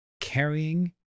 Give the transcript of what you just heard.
carrying